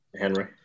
Henry